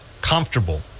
comfortable